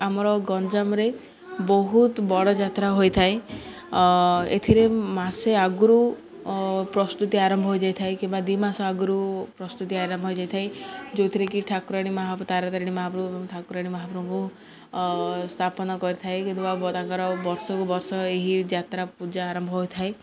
ଆମର ଗଞ୍ଜାମରେ ବହୁତ ବଡ଼ ଯାତ୍ରା ହୋଇଥାଏ ଏଥିରେ ମାସେ ଆଗରୁ ପ୍ରସ୍ତୁତି ଆରମ୍ଭ ହୋଇଯାଇଥାଏ କିମ୍ବା ଦୁଇ ମାସ ଆଗରୁ ପ୍ରସ୍ତୁତି ଆରମ୍ଭ ହୋଇଯାଇଥାଏ ଯେଉଁଥିରେ କିି ଠାକୁରାଣୀ ତାରା ତାରିଣୀ ମହାପ୍ରଭୁ ଠାକୁରାଣୀ ମହାପ୍ରଭୁଙ୍କୁ ସ୍ଥାପନ କରିଥାଏ କିନ୍ତୁ ତାଙ୍କର ବର୍ଷକୁ ବର୍ଷ ଏହି ଯାତ୍ରା ପୂଜା ଆରମ୍ଭ ହୋଇଥାଏ